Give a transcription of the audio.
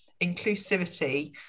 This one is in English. inclusivity